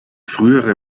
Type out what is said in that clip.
frühere